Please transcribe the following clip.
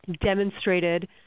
demonstrated